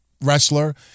wrestler